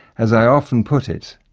as i often put it,